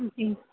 جی